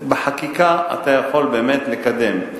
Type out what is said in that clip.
בחקיקה אתה יכול באמת לקדם.